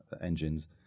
engines